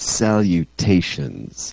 salutations